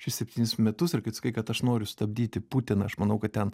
šis septynis metus ir kad sakai kad aš noriu stabdyti putiną aš manau kad ten